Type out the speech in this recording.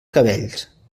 cabells